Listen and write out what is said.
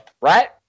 right